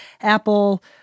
Apple